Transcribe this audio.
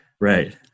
right